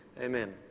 Amen